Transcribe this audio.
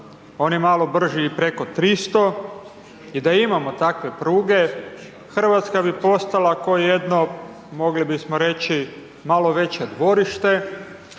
oni malo brži i preko 300 i da imamo takve pruge, RH bi postala ko jedno, mogli bismo reći, malo veće dvorište